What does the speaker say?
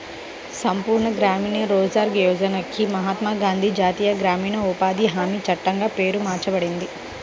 సంపూర్ణ గ్రామీణ రోజ్గార్ యోజనకి మహాత్మా గాంధీ జాతీయ గ్రామీణ ఉపాధి హామీ చట్టంగా పేరు మార్చబడింది